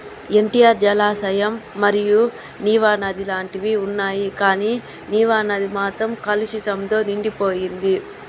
ఎన్టీఆర్ జలాశయం మరియు నీవా నది లాంటివి ఉన్నాయి కానీ నీవా నది మాత్రం కలుషితంతో నిండిపోయింది